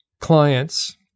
clients